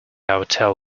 hotel